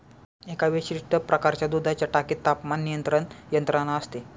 एका विशिष्ट प्रकारच्या दुधाच्या टाकीत तापमान नियंत्रण यंत्रणा असते